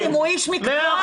חיים, הוא איש מקצוע.